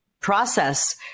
process